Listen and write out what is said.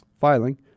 filing